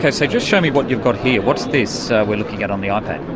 ah so just show me what you've got here. what is this we're looking at on the ah ipad?